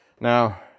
Now